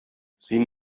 sin